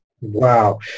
Wow